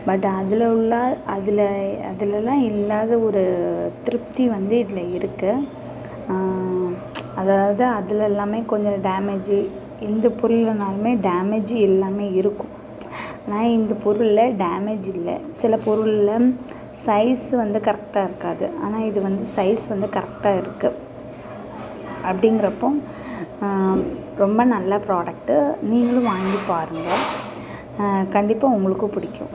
but அதில் உள்ளே அதில் அதெலலாம் இல்லாத ஒரு திருப்தி வந்து இதில் இருக்குதி அதாவது அதில் எல்லாமே கொஞ்சம் டேமேஜ்ஜி எந்த பொருள் வந்தாலுமே டேமேஜ்ஜி எல்லாமே இருக்கும் ஆனால் இந்த பொருளில் டேமேஜ் இல்லை சில பொருளில் சைஸ் வந்து கரெக்டாக இருக்காது ஆனால் இது வந்து சைஸ் வந்து கரெக்டாக இருக்குது அப்படிங்குறப்போ ரொம்ப நல்ல ப்ராடக்ட்டு நீங்களும் வாங்கிப் பாருங்க கண்டிப்பாக உங்களுக்கும் பிடிக்கும்